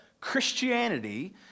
Christianity